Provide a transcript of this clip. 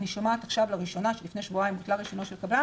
אני שומעת עכשיו לראשונה שלפני שבועיים החלטה ראשונה התקבלה,